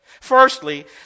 Firstly